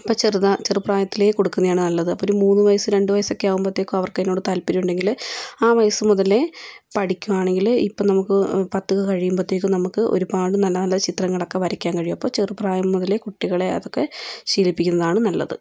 അപ്പോൾ ചെറുത ചെറുപ്രായത്തിലെ കൊടുക്കുന്നതാണ് നല്ലത് ഒരു മൂന്ന് വയസ്സ് രണ്ട് വയസ്സാകുമ്പോഴത്തേക്കും അവർക്ക് അതിനോട് താത്പര്യം ഉണ്ടെങ്കിൽ ആ വയസ്സ് മുതലേ പഠിക്കുകയാണെങ്കിൽ ഇപ്പോൾ നമുക്ക് പത്ത് കഴിയുമ്പോഴത്തേക്കും നമുക്ക് ഒരുപാട് നല്ല നല്ല ചിത്രങ്ങളൊക്കേ വരയ്ക്കാൻ കഴിയും അപ്പോൾ ചെറു പ്രായം മുതലേ കുട്ടികളെ അതൊക്കേ ശീലിപ്പിക്കുന്നതാണ് നല്ലത്